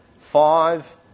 Five